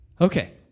Okay